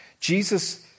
Jesus